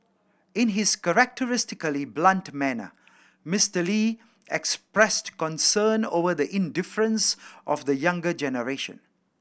in his characteristically blunt manner Mister Lee expressed concern over the indifference of the younger generation